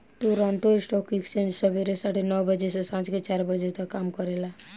Toronto stock exchange सबेरे साढ़े नौ बजे से सांझ के चार बजे तक काम करेला